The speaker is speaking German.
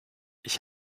ich